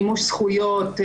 מימוש זכויות,